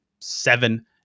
seven